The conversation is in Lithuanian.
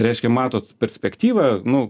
reiškia matot perspektyvą nu